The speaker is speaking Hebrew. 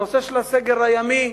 הנושא של הסגר הימי,